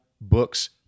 books